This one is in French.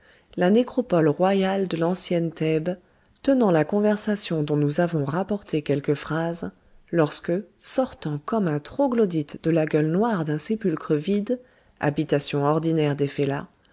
la nécropole royale de l'ancienne thèbes tenant la conversation dont nous avons rapporté quelques phrases lorsque sortant comme un troglodyte de la gueule noire d'un sépulcre vide habitation ordinaire